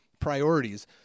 priorities